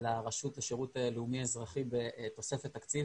לרשות השירות הלאומי האזרחי בתוספת תקציב